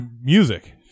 ...music